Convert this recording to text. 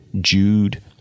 Jude